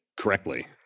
correctly